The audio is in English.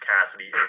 Cassidy